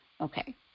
okay